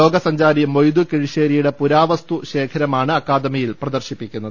ലോക സഞ്ചാരി മൊയ്തു കിഴിശേരിയുടെ പുരാവസ്തു ശേഖരമാണ് അക്കാദമിയിൽ പ്രദർശിപ്പിക്കുന്നത്